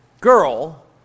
girl